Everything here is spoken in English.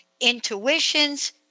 intuitions